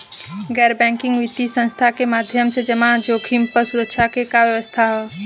गैर बैंकिंग वित्तीय संस्था के माध्यम से जमा जोखिम पर सुरक्षा के का व्यवस्था ह?